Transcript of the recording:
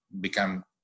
become